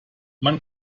man